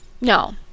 No